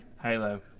Halo